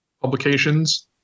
publications